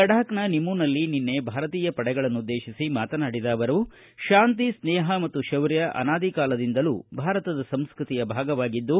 ಲಡಾಖ್ನ ನಿಮುನಲ್ಲಿ ನಿನ್ನೆ ಭಾರತೀಯ ಪಡೆಗಳನ್ನುದ್ದೇತಿಸಿ ಮಾತನಾಡಿದ ಅವರು ಶಾಂತಿ ಸ್ನೇಪ ಮತ್ತು ಶೌರ್ಯ ಅನಾದಿಕಾಲದಿಂದಲೂ ಭಾರತದ ಸಂಸ್ಟ್ರತಿಯ ಭಾಗವಾಗಿದ್ದು